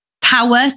power